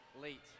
late